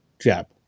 jab